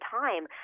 time